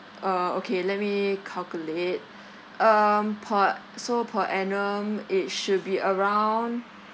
uh okay let me calculate um per so per annum it should be around